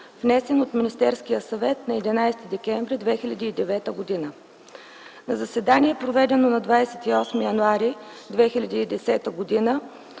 внесен от Министерския съвет на 11 декември 2009 г. На заседание, проведено на 28 януари 2010 г.,